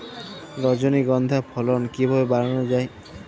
রজনীগন্ধা ফলন কিভাবে বাড়ানো যায়?